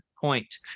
point